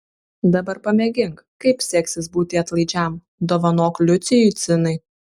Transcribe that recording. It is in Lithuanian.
dabar pamėgink kaip seksis būti atlaidžiam dovanok liucijui cinai